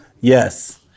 Yes